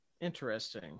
Interesting